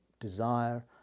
desire